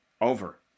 Over